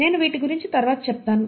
నేను వీటి గురించి తర్వాత చెప్తాను